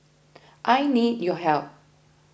I need your help